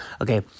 Okay